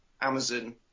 Amazon